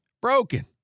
broken